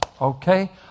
okay